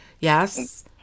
yes